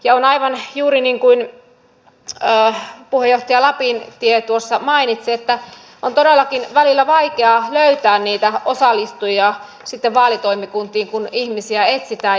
ja on aivan juuri niin kuin puheenjohtaja lapintie tuossa mainitsi että todellakin välillä vaikeaa löytää niitä osallistujia vaalitoimikuntiin kun ihmisiä etsitään